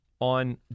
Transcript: On